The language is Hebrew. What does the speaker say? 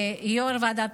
ליושב-ראש ועדת